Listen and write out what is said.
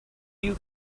you